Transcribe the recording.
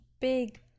big